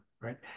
right